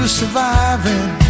surviving